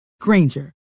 Granger